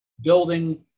building